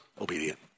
obedient